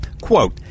quote